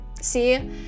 See